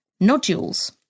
nodules